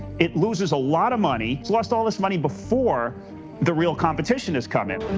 it loses a lot of money. it's lost all this money before the real competition has come in.